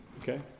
Okay